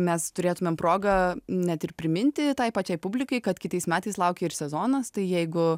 mes turėtumėm progą net ir priminti tai pačiai publikai kad kitais metais laukia ir sezonas tai jeigu